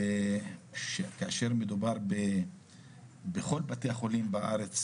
וכאשר מדובר בכל בתי החולים בארץ,